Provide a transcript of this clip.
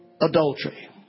adultery